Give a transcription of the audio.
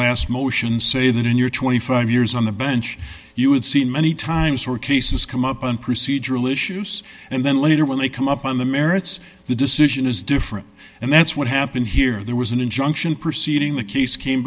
last motion say that in your twenty five years on the bench you would see many times or cases come up on procedural issues and then later when they come up on the merits the decision is different and that's what happened here there was an injunction proceeding the case came